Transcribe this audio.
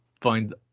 find